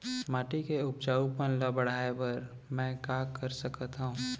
माटी के उपजाऊपन ल बढ़ाय बर मैं का कर सकथव?